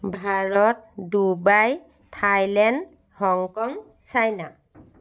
Bharat Dubai Thailand Hong Kong China